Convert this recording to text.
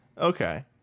Okay